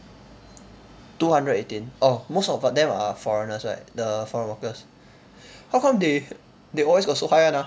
two hundred eighteen orh most of them are foreigners right the foreign workers how come they they always got so high [one] ah